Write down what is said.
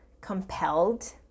compelled